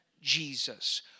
Jesus